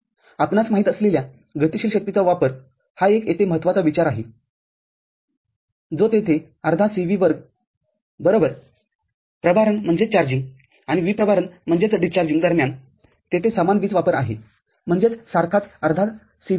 आपणास माहीत असलेल्या गतिशील शक्तीचा वापर हा एक येथे महत्त्वाचा विचार आहे जो तेथे अर्धा C V वर्ग बरोबर प्रभारन आणि विप्रभारन दरम्यान तेथे समान वीज वापर आहे म्हणजेच सारखाच अर्धा C V वर्ग